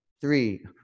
three